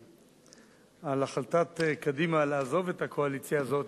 על החלטת קדימה לעזוב את הקואליציה הזאת,